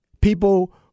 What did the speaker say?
People